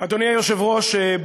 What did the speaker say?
אדוני היושב-ראש,